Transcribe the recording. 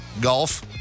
golf